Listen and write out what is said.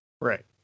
Right